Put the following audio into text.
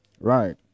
Right